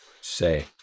say